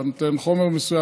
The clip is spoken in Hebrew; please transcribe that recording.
שאתה נותן חומר מסוים,